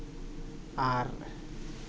ᱟᱨ